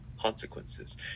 consequences